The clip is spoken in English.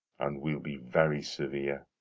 and we'll be very severe.